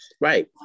Right